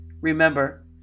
Remember